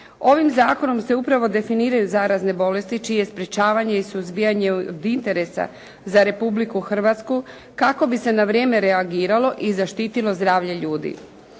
Ovim zakonom se upravo definiraju zarazne bolesti čije sprječavanje i suzbijanje od interesa za Republiku Hrvatsku kako bi se na vrijeme reagiralo i zaštitilo zdravlje ljudi.